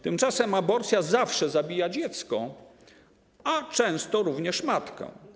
Tymczasem aborcja zawsze zabija dziecko, a często również matkę.